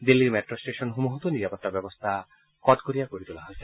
দিল্লীৰ মেট্ ট্টেশ্যনসমূহতো নিৰাপত্তা ব্যৱস্থা কটকটীয়া কৰি তোলা হৈছে